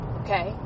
okay